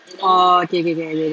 oh K K K I get it